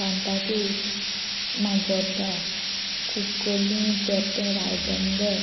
Santa Cruz Majorda Cuncolim Quepem Ribandar